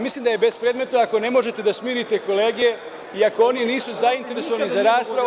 Mislim da je bespredmetno ako vi ne možete da smirite kolege i ako oni nisu zainteresovani za rad.